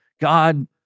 God